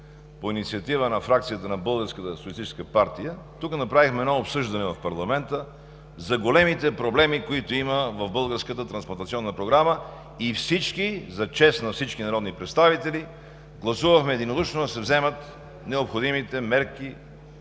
по инициатива на фракцията на Българската социалистическа партия тук, в парламента, направихме едно обсъждане за големите проблеми, които има в българската трансплантационна програма, и за чест на всички народни представители гласувахме единодушно да се вземат необходимите мерки